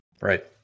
right